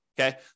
Okay